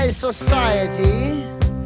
society